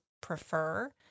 prefer